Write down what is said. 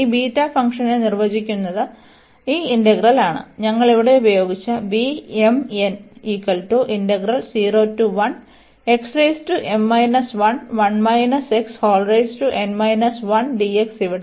ഈ ബീറ്റ ഫംഗ്ഷനെ നിർവചിക്കുന്നത് ഈ ഇന്റഗ്രൽ ആണ് ഞങ്ങൾ ഇവിടെ ഉപയോഗിച്ച B m n ഇവിടെ